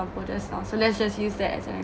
just now so let's just use that as an